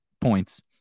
points